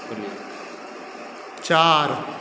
चार